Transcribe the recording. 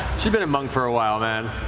she's been a monk for a while, man.